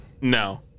No